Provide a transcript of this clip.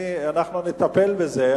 שנטפל בזה.